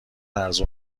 ارزون